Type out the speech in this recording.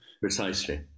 Precisely